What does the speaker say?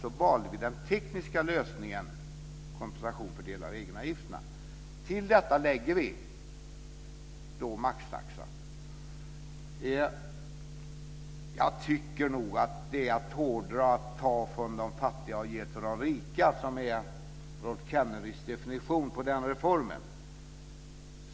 Vi valde den tekniska lösningen med kompensation för delar av egenavgifterna. Till detta lägger vi maxtaxan. Jag tycker nog att det är att hårdra att säga att vi tar från de fattiga och ger till de rika, som är Rolf Kenneryds definition på den reformen.